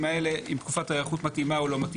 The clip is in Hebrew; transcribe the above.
האלה אם תקופת ההיערכות מתאימה או לא.